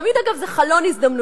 תמיד, אגב, זה חלון הזדמנויות.